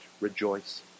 rejoice